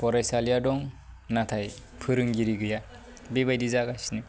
फरायसालिया दं नाथाय फोरोंगिरि गैया बेबायदि जागासिनो